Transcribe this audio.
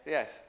Yes